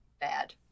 bad